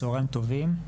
צהריים טובים,